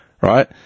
right